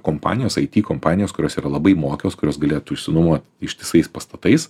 kompanijos it kompanijos kurios yra labai mokios kurios galėtų išsinuomot ištisais pastatais